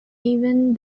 even